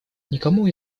никому